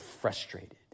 frustrated